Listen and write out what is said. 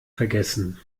vergessen